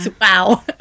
Wow